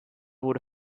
wurde